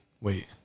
Wait